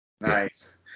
Nice